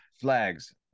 Flags